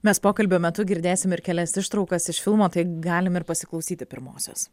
mes pokalbio metu girdėsim ir kelias ištraukas iš filmo tai galim ir pasiklausyti pirmosios